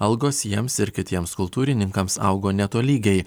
algos jiems ir kitiems kultūrininkams augo netolygiai